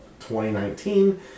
2019